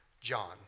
John